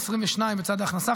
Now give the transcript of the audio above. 22 בצד ההכנסה,